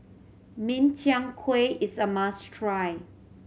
Min Chiang Kueh is a must try